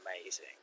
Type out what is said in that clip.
amazing